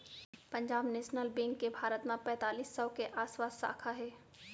Punjab national bank के भारत म पैतालीस सौ के आसपास साखा हे